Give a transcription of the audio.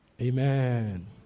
Amen